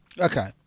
Okay